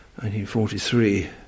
1943